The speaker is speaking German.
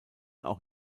auch